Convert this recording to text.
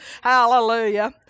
Hallelujah